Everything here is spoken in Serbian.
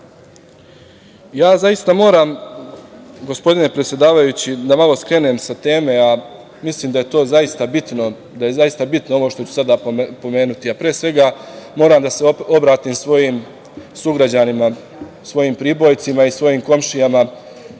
Balkana. Zaista moram, gospodine predsedavajući, da malo skrenem sa teme, a mislim da je zaista bitno ovo što ću zaista pomenuti, a pre svega moram da se obratim svojim sugrađanima, svojim Pribojcima i svojim komšijama